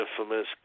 Infamous